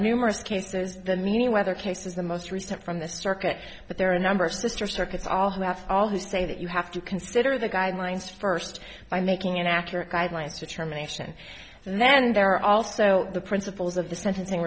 numerous cases than me whether case is the most recent from the circuit but there are a number of sister circuits all who have all who say that you have to consider the guidelines first by making inaccurate guidelines determination and then there are also the principles of the sentencing